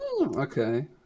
Okay